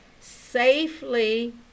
safely